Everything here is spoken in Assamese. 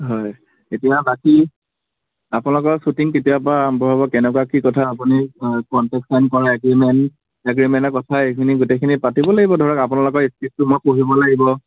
হয় এতিয়া বাকী আপোনালোকৰ শ্বুটিং কেতিয়াৰ পৰা আৰম্ভ হ'ব কেনেকুৱা কি কথা আপুনি কন্টেক্ট চাইন কৰা এগ্ৰিমেন্ট এগ্ৰিমেন্টৰ কথা এইখিনি গোটেইখিনি পাতিব লাগিব ধৰক আপোনালোকৰ স্ক্ৰিপ্টটো মই পঢ়িব লাগিব